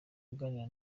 aganira